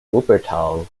wuppertal